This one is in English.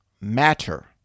matter